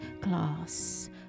glass